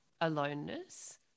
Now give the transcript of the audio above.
aloneness